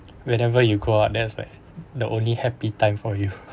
whenever you go ah that's like the only happy time for you